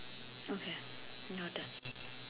okay noted